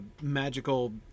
magical